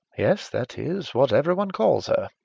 yes that is what every one calls her.